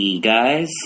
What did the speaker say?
guys